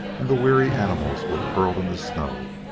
and the weary animals were curled in the snow,